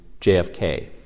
JFK